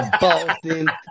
Boston